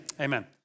Amen